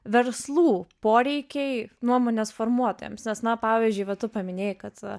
verslų poreikiai nuomonės formuotojams nes na pavyzdžiui va tu paminėjai kad